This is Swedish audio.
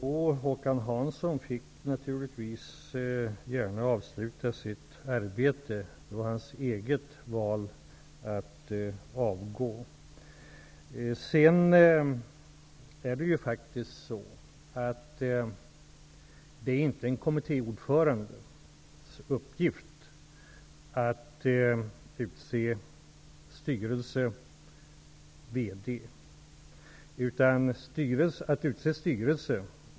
Fru talman! Håkan Hansson fick naturligtvis gärna avsluta sitt arbete. Det var hans eget val att avgå. Det är inte en kommittéordförandes uppgift att utse styrelse och VD.